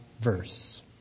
verse